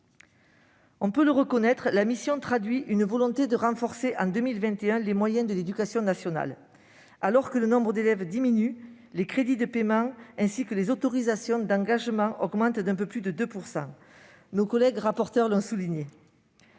que le budget de la mission traduit une volonté de renforcer, en 2021, les moyens de l'éducation nationale. Alors que le nombre d'élèves diminue, les crédits de paiement ainsi que les autorisations d'engagement augmentent d'un peu plus de 2 %; nos collègues rapporteurs l'ont souligné.